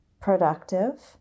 productive